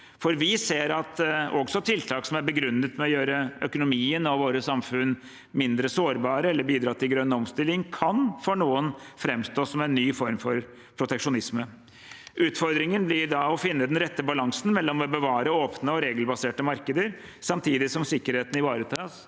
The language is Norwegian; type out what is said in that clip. for vi ser at også tiltak som er begrunnet med å gjøre økonomien og våre samfunn mindre sårbare eller bidra til grønn omstilling, for noen kan framstå som en ny form for proteksjonisme. Utfordringen blir da å finne den rette balansen mellom å bevare åpne og regelbaserte markeder samtidig som sikkerheten ivaretas